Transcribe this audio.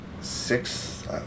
six